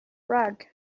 rug